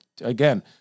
again